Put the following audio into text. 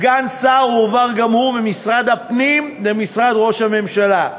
סגן שר הועבר גם הוא ממשרד הפנים למשרד ראש הממשלה,